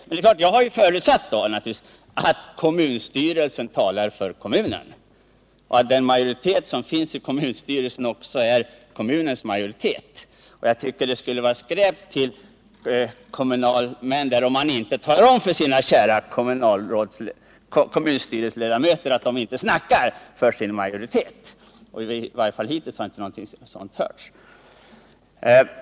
Jag har då naturligtvis förutsatt att kommunstyrelsen talar för kommunen och att den majoritet som finns i kommunstyrelsen också är kommunens majoritet. Jag tycker att det skulle vara skräp till kommunalmän, om de inte talar om för sina kommunstyrelseledamöter att dessa inte snackar för sin majoritet. I varje fall hittills har inte någonting sådant hörts.